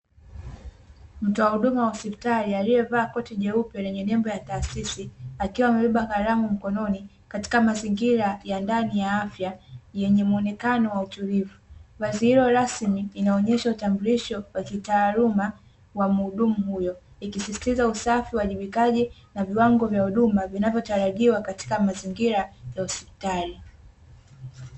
Mtoa huduma wa hospitali aliyevaa koti jeupe lenye nembo ya taasisi, akiwa amebeba kalamu mkononi, katika mazingira ya ndani ya afya yenye muonekano wa utulivu. Vazi hilo rasmi linaonyesha utambulisho wa kitaaluma wa muhudumu huyu, ikisisitiza usafi, uwajibikaji, na viwango vya huduma, vinavyotarajiwa katika mazingira ya hospitali.